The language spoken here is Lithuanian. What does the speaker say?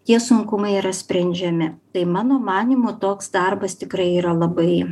tie sunkumai yra sprendžiami tai mano manymu toks darbas tikrai yra labai